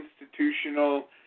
institutional